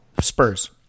Spurs